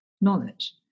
knowledge